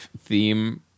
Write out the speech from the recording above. theme